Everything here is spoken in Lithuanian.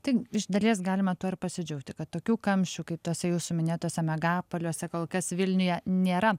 tik iš dalies galima pasidžiaugti kad tokių kamščių kaip tuose jūsų minėtuose megapaliuose kol kas vilniuje nėra